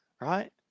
right